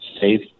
safe